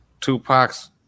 Tupac's